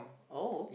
oh